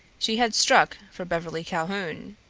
she had struck for beverly calhoun.